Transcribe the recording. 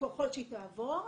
ככל שהיא תעבור,